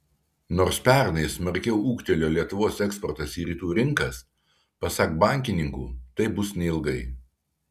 nors pernai smarkiau ūgtelėjo lietuvos eksportas į rytų rinkas pasak bankininkų taip bus neilgai